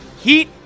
Heat